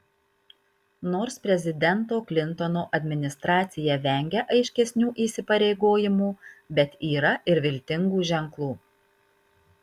nors prezidento klintono administracija vengia aiškesnių įsipareigojimų bet yra ir viltingų ženklų